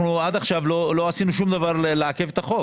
אנחנו עד עכשיו לא עשינו שום דבר לעכב את החוק,